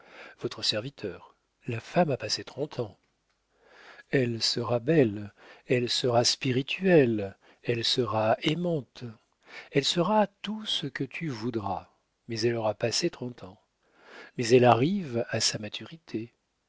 votre serviteur la femme a passé trente ans elle sera belle elle sera spirituelle elle sera aimante elle sera tout ce que tu voudras mais elle aura passé trente ans mais elle arrive à sa maturité